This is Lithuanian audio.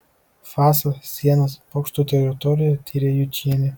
fasą sienas bokštų teritoriją tyrė jučienė